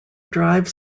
drive